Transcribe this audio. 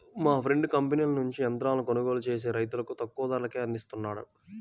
మా ఫ్రెండు కంపెనీల నుంచి యంత్రాలను కొనుగోలు చేసి రైతులకు తక్కువ ధరకే అందిస్తున్నాడు